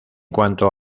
cuanto